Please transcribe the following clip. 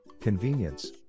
Convenience